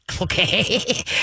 Okay